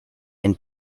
and